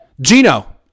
Gino